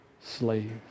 slave